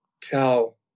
tell